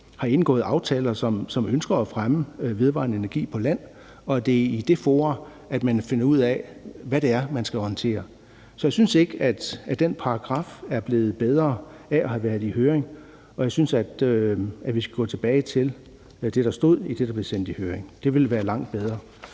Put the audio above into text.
har indgået aftaler, som ønsker at fremme vedvarende energi på land, og at det er i de fora, man finder ud af, hvad det er, man skal håndtere. For jeg synes ikke, at den paragraf er blevet bedre af at have været i høring, og jeg synes, at vi skal gå tilbage til det, der stod i det, der blev sendt i høring. Det ville være langt bedre.